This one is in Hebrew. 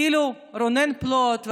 אילו רונן פלוט,